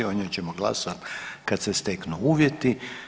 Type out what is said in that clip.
O njoj ćemo glasovati kad se steknu uvjeti.